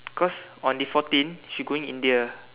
cause on the fourteen she going India